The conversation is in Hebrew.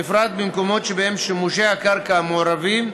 בפרט במקומות שבהם שימושי הקרקע מעורבים.